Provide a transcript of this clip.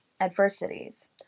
adversities